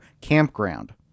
campground